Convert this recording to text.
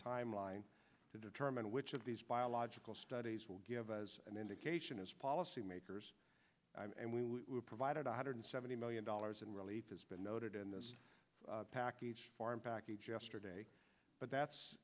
timeline to determine which of these biological studies will give as an indication as policymakers and we were provided one hundred seventy million dollars in relief has been noted in this package farm package yesterday but that's